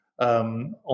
on